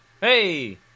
Hey